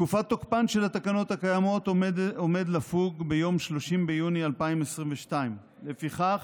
תקופת תוקפן של התקנות הקיימות עומדת לפוג ביום 30 ביוני 2022. לפיכך,